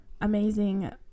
amazing